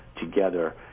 together